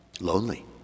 lonely